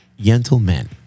gentlemen